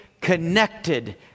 connected